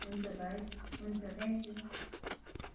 हुन्छ भाइ हुन्छ थ्याङ्क्यु